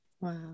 Wow